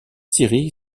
thierry